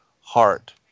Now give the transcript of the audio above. heart